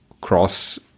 cross